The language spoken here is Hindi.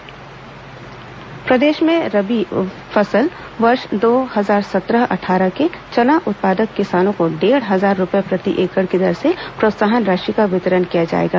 चना प्रोत्साहन राशि प्रदेश में रबी वर्ष दो हजार सत्रह अट्ठारह के चना उत्पादक किसानों को डेढ़ हजार रूपए प्रति एकड़ की दर से प्रोत्साहन राशि का वितरण किया जाएगा